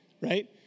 right